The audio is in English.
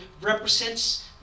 represents